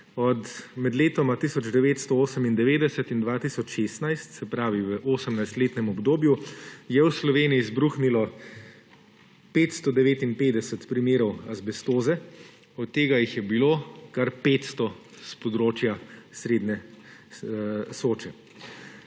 med leti 1998 in 2016, se pravi, v 18-letnem obdobju, je v Sloveniji izbruhnilo 559 primerov azbestoze, od tega jih je bilo kar 500 z območja srednje Soče;